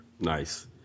nice